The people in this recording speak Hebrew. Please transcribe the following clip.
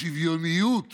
שהשוויוניות